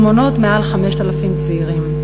ומונות מעל 5,000 צעירים.